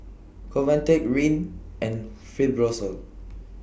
Convatec Rene and Fibrosol